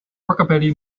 rockabilly